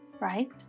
right